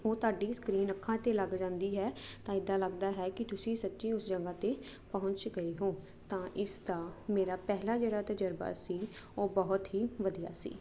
ਉਹ ਤੁਹਾਡੀ ਸਕਰੀਨ ਅੱਖਾਂ ਤੇ ਲੱਗ ਜਾਂਦੀ ਹੈ ਤਾਂ ਇਦਾਂ ਲੱਗਦਾ ਹੈ ਕਿ ਤੁਸੀਂ ਸੱਚੀ ਉਸ ਜਗ੍ਹਾ ਤੇ ਪਹੁੰਚ ਗਏ ਹੋ ਤਾਂ ਇਸ ਦਾ ਮੇਰਾ ਪਹਿਲਾ ਜਿਹੜਾ ਤਜਰਬਾ ਸੀ ਉਹ ਬਹੁਤ ਹੀ ਵਧੀਆ ਸੀ